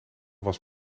was